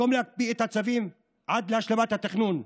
במקום להקפיא את הצווים עד להשלמת התכנון,